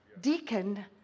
deacon